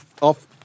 off